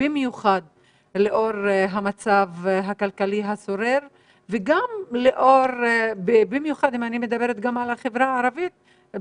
במיוחד לאור המצב הכלכלי במדינה ואם אני מדברת על החברה הערבית,